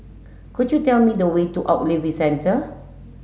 could you tell me the way to Ogilvy Centre